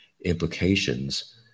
implications